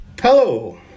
Hello